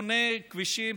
בונה כבישים,